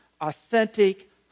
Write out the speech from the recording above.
authentic